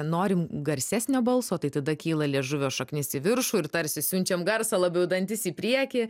norim garsesnio balso tai tada kyla liežuvio šaknis į viršų ir tarsi siunčiam garsą labiau į dantis į priekį